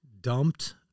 dumped